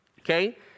okay